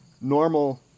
normal